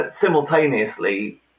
simultaneously